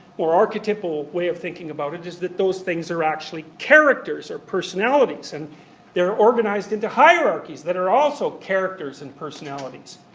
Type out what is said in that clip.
archetypal way of thinking about it is that those things are actually characters, or personalities. and they're organised into hierarchies that are also characters and personalities.